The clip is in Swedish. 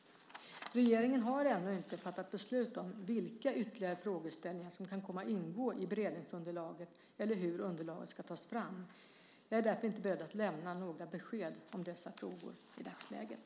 Regeringen har emellertid ännu inte fattat beslut om vilka ytterligare frågeställningar som kan komma att ingå i beredningsunderlaget eller hur underlaget ska tas fram. Jag är därför inte beredd att lämna några besked om dessa frågor i dagsläget.